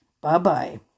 Bye-bye